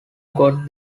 got